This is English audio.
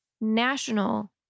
National